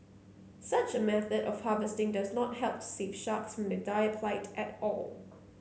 such a method of harvesting does not help to save sharks of the dire plight at all